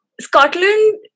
Scotland